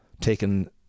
taken